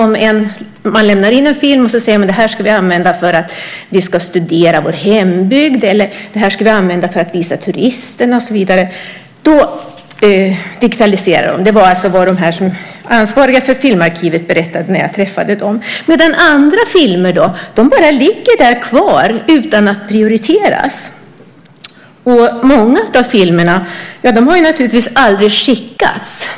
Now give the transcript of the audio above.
Man lämnar in en film. Så säger man att det här ska vi använda för att studera vår hembygd, visa turisterna och så vidare. Då digitaliserar de. Det var vad de ansvariga för filmarkivet berättade när jag träffade dem. Andra filmer då? De bara ligger kvar utan att prioriteras. Många av filmerna har naturligtvis aldrig skickats.